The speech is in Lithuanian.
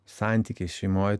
santykiais šeimoj